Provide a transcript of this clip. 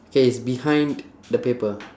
K it's behind the paper